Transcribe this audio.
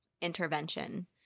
intervention